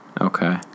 Okay